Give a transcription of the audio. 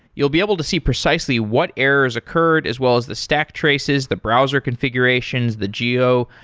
you'll be able to see precisely what errors occurred as well as the stack traces, the browser configurations, the geo,